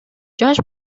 жаш